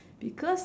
because